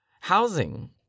housing